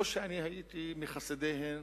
לא שהייתי מחסידיהן